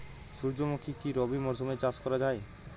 সুর্যমুখী কি রবি মরশুমে চাষ করা যায়?